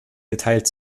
geteilt